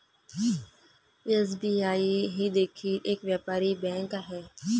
SBI ही देखील एक व्यापारी बँक आहे